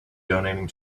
donating